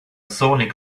sonic